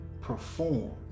Perform